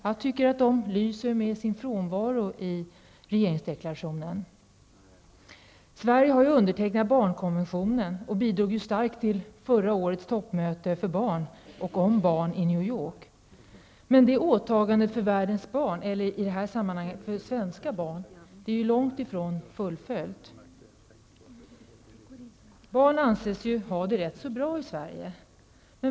Jag tycker att de lyser med sin frånvaro i regeringsdeklarationen. Sverige har undertecknat barnkonventionen och bidrog starkt till förra årets toppmöte för och om barn i New York. Men åtagandet för världens barn, eller i det här sammanhanget för svenska barn, är dock långt ifrån fullföljt. Barnen anses ha det rätt så bra i Sverige.